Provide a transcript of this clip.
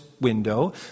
window